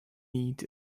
neat